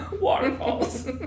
waterfalls